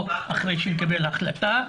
או אחרי שנקבל החלטה,